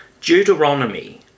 Deuteronomy